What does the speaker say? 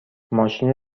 ماشین